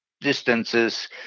distances